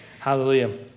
Hallelujah